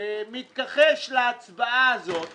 מתכחש להצבעה הזאת ואומר,